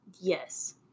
Yes